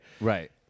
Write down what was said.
Right